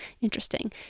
Interesting